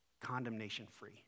condemnation-free